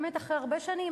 באמת אחרי הרבה שנים,